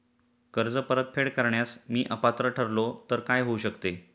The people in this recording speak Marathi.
कर्ज परतफेड करण्यास मी अपात्र ठरलो तर काय होऊ शकते?